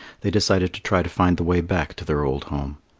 they decided to try to find the way back to their old home.